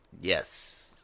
Yes